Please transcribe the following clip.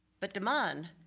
but de man,